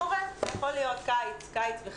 קורה, יכול להיות, קיץ וחם.